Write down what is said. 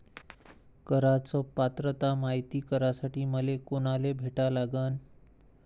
कराच पात्रता मायती करासाठी मले कोनाले भेटा लागन?